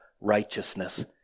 righteousness